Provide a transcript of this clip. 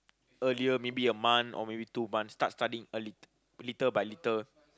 earlier maybe a month or maybe two month start studying a l~ little by little